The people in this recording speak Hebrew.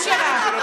אני מאחלת לך,